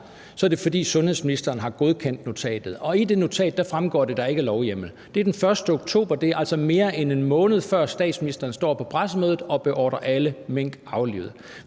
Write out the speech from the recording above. er det, fordi sundhedsministeren har godkendt notatet, og af det notat fremgår det, at der ikke er lovhjemmel. Det er den 1. oktober, og det er altså, mere end en måned før statsministeren står på pressemødet og beordrer alle mink aflivet.